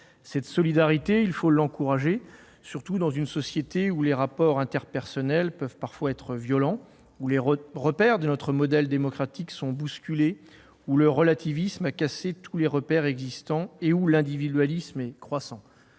Cette solidarité, il faut l'encourager, surtout dans une société où les rapports interpersonnels peuvent parfois être violents, où les repères de notre modèle démocratique sont bousculés, où le relativisme a cassé tous les repères existants et où l'individualisme est croissant.